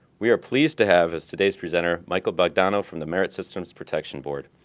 we are pleased to have, as today's presenter, michael bogdanow from the merit systems protection board.